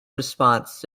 response